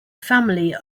family